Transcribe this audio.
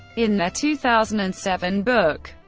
in their two thousand and seven book,